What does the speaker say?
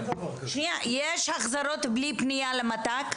יש החזרות בלי פניה למת"ק?